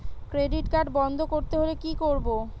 Credit card বন্ধ করতে হলে কি করব?